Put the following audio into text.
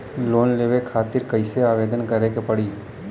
Loan लेवे खातिर कइसे आवेदन करें के पड़ी?